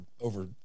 over